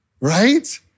Right